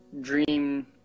dream